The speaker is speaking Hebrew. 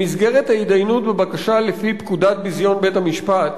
במסגרת ההידיינות בבקשה לפי פקודת ביזיון בית-המשפט,